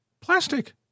plastic